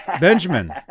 Benjamin